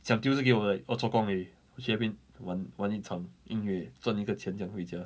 siam diu 是给我 like for 做工而已我去那边玩玩一场音乐赚一个钱这样回家